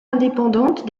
indépendante